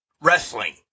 wrestling